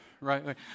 Right